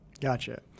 Gotcha